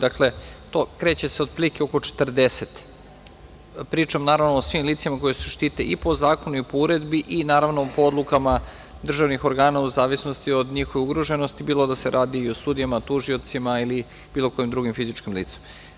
Dakle, kreće se otprilike oko 40, pričam naravno o svim licima koja se štite i po zakonu i po uredbi, i naravno, po odlukama državnih organa u zavisnosti od njihove ugroženosti, bilo da se radi o sudijama, tužiocima ili bilo kojem drugom fizičkom licu.